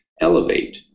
elevate